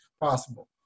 possible